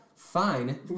Fine